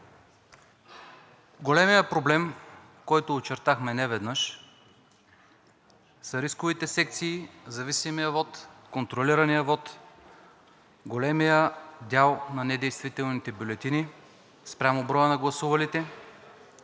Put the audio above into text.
Големият проблем, който очертахме неведнъж, са рисковите секции, зависимият вот, контролираният вот, големият дял на недействителните бюлетини спрямо броя на гласувалите.